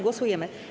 Głosujemy.